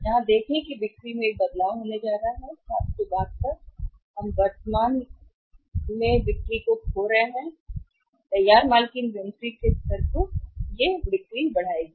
यहाँ देखें बिक्री में एक बदलाव होने जा रहा है 772 हम वर्तमान में खो रहे बिक्री को खो रहे हैं इन्वेंट्री तैयार माल की इन्वेंट्री के स्तर को बढ़ाएगी